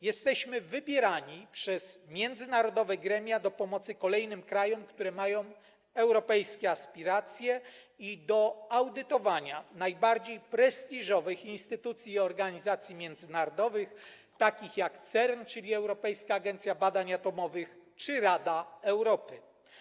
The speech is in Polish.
Jesteśmy wybierani przez międzynarodowe gremia do pomocy kolejnym krajom, które mają europejskie aspiracje, i do audytowania najbardziej prestiżowych instytucji i organizacji międzynarodowych, takich jak CERN, czyli Europejska Organizacja Badań Atomowych, czy Rada Europy.